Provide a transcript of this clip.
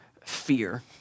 fear